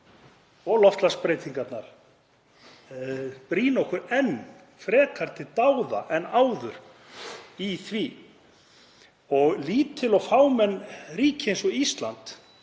og loftslagsbreytingarnar, brýna okkur enn frekar til dáða en áður í því. Lítil og fámenn ríki eins og Ísland